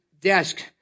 desk